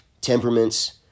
temperaments